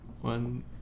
One